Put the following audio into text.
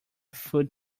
food